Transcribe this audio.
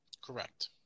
Correct